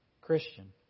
Christian